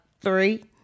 three